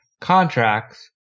contracts